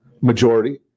majority